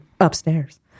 upstairs